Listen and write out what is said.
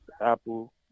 Apple